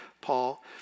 Paul